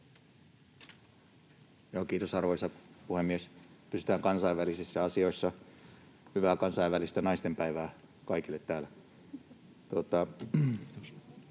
Kiitos, arvoisa puhemies! Pysytään kansainvälisissä asioissa: hyvää kansainvälistä naistenpäivää kaikille täällä! Ottaisin